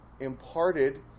imparted